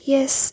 Yes